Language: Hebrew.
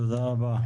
תודה רבה.